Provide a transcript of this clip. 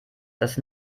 dass